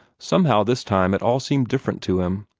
somehow this time it all seemed different to him.